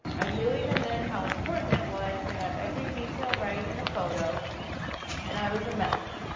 i knew even then how important it was to have every detail right in the photo and i was a mess.